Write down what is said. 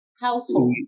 Household